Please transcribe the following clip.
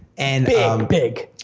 and big big.